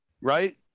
right